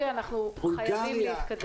אנחנו חייבים להתקדם.